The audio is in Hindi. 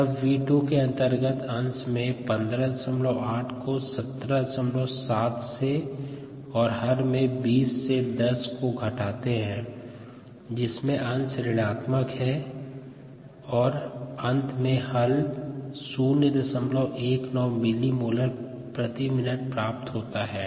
तब V2 के अंतर्गेत अंश में 158 को 177 से और हर में 20 से 10 को घटाते है जिसमे अंश ऋणात्मक है और अंत में हल 019 मिलीमोल प्रति मिनट प्राप्त होता है